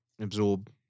absorb